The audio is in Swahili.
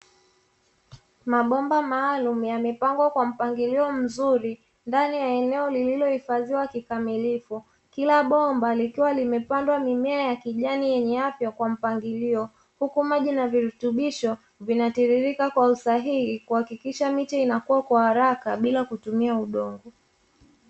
Mabomba maalumu yamepangwa kwa mpangilio mzuri ndani ya eneo lililohifadhiwa kikamilifu kila bomba likiwa limepandwa mimea ya kijani yenye afya kwa mpangilio, huku maji na virutubisho vinatiririka kwa usahihi kuhakikisha miche inakua kwa haraka bila kutumia udongo.